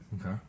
Okay